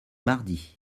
mardi